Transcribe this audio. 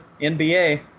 NBA